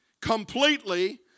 completely